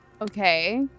Okay